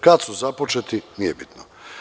Kada su započeti, nije bitno.